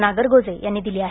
नागरगोजे यांनी दिली आहे